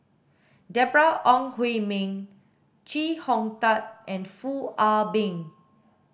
Deborah Ong Hui Min Chee Hong Tat and Foo Ah Bee